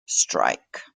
strike